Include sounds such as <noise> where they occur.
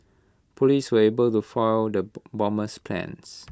Police were able to foil the <unintelligible> bomber's plans